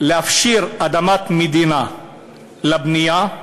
להפשיר אדמת מדינה לבנייה,